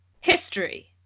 history